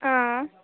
हां